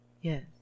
Yes